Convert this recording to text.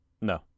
No